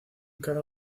cada